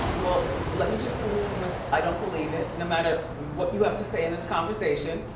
well, let me just lead with, i don't believe it, no matter what you have to say in this conversation.